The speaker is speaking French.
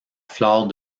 flore